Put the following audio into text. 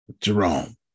Jerome